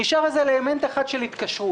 נשאר אלמנט אחד של התקשרות.